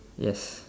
yes